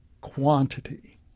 quantity